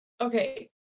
okay